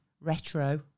retro